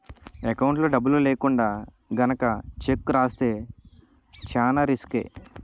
ఎకౌంట్లో డబ్బులు లేకుండా గనక చెక్కు రాస్తే చానా రిసుకే